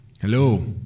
hello